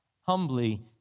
humbly